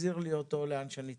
ותחזיר לי אותו לאן שאני צריך.